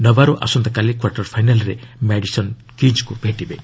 Nabarro ଆସନ୍ତାକାଲି କ୍ପାଟରଫାଇନାଲରେ Madison କିଜ୍ଙ୍କୁ ଭେଟିବେ